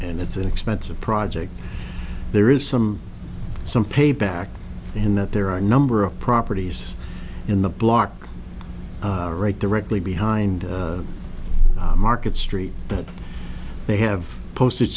and it's an expensive project there is some some pay back in that there are a number of properties in the block right directly behind market street that they have a postage